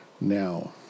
Now